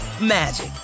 magic